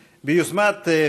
היושב-ראש.